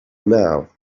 now